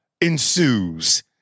ensues